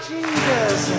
Jesus